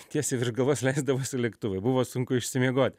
tiesiai virš galvos leisdavosi lėktuvai buvo sunku išsimiegot